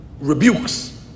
rebukes